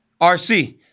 RC